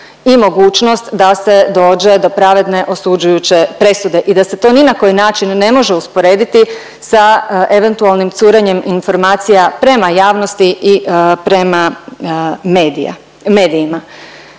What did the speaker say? i mogućnost da se dođe do pravedne osuđujuće presude i da se to ni na koji način ne može usporediti sa eventualnim curenjem informacija prema javnosti i prema medija,